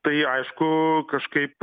tai aišku kažkaip